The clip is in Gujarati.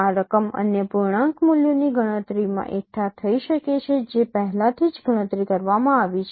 આ રકમ અન્ય પૂર્ણાંક મૂલ્યોની ગણતરીમાં એકઠા થઈ શકે છે જે પહેલાથી જ ગણતરી કરવામાં આવી છે